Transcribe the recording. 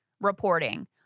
reporting